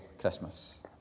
Christmas